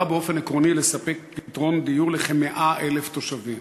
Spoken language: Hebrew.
באופן עקרוני לספק פתרון דיור לכ-100,000 תושבים.